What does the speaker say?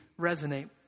resonate